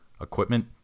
equipment